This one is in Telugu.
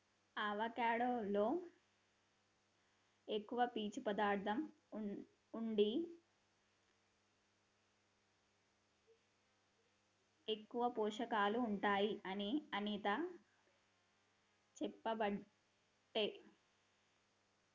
అవకాడో లో ఎక్కువ పీచు పదార్ధం ఉండి ఎక్కువ పోషకాలు ఉంటాయి అని అనిత చెప్పబట్టే